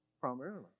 primarily